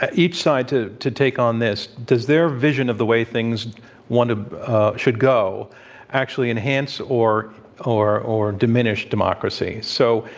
ah each side to to take on this? does their vision of the way things want to should go actually enhance or or diminish democracy? so,